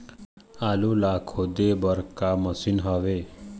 आलू ला खोदे बर का मशीन हावे?